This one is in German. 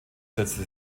setzte